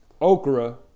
Okra